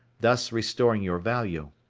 thus restoring your value.